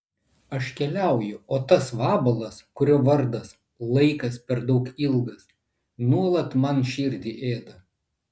aš keliauju o tas vabalas kurio vardas laikas per daug ilgas nuolat man širdį ėda